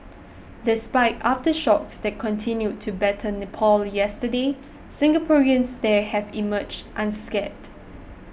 despite aftershocks that continued to batter Nepal yesterday Singaporeans there have emerged unscathed